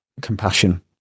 compassion